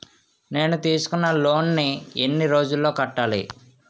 నేను తీసుకున్న లోన్ నీ ఎన్ని రోజుల్లో కట్టాలి?